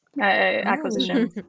acquisition